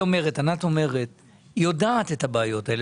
היא אומרת שהיא יודעת את הבעיות האלה,